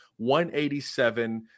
187